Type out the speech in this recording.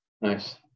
Nice